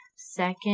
Second